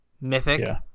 mythic